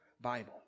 Bible